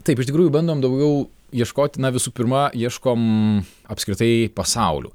taip iš tikrųjų bandom daugiau ieškoti na visų pirma ieškom apskritai pasaulių